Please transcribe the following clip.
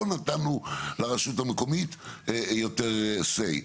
פה נתנו לרשות המקומית יותר say.